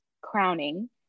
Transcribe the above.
crowning